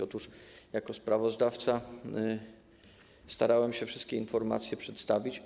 Otóż jako sprawozdawca starałem się wszystkie informacje przedstawić.